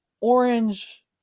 orange